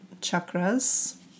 chakras